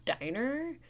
diner